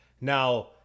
Now